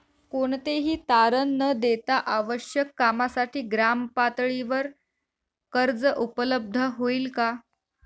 कोणतेही तारण न देता आवश्यक कामासाठी ग्रामपातळीवर कर्ज उपलब्ध होईल का?